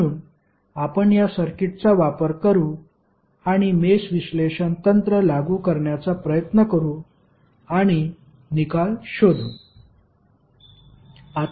म्हणून आपण या सर्किटचा वापर करू आणि मेष विश्लेषण तंत्र लागू करण्याचा प्रयत्न करू आणि निकाल शोधू